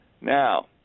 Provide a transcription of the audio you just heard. Now